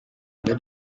did